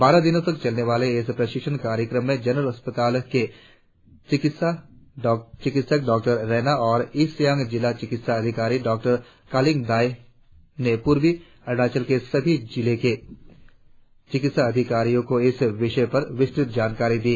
बारह दिनों तक चलने वाले इस प्रशिक्षण कार्यक्रम में जनरल अस्पताल के चिकित्सक डॉक्टर रैना और ईस्ट सियांग जिला चिकित्सा अधिकारी डॉक्टर कालिंग दाई ने पूर्वी अरुणाचल के सभी जिलों से आएं चिकित्सा अधिकारियों को इस विषय पर विस्तृत जानकारी दी